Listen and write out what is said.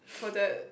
for the